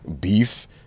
beef